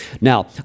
Now